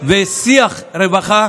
ושיח רווחה,